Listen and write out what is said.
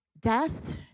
Death